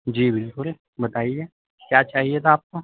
جی بالکل بتائیے کیا چاہیے تھا آپ کو